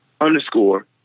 underscore